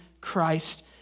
Christ